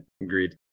agreed